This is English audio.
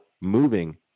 moving